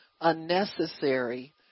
unnecessary